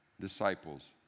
disciples